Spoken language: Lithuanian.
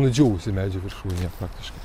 nudžiūvusi medžio viršūnė praktiškai